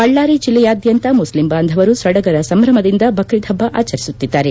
ಬಳ್ಳಾರಿ ಜಿಲ್ಲೆಯಾದ್ಯಂತ ಮುಸ್ಲಿಂ ಬಾಂಧವರು ಸಡಗರ ಸಂಭ್ರಮದಿಂದ ಬ್ರೀದ್ ಹಬ್ಬ ಆಚರಿಸುತ್ತಿದ್ದಾರೆ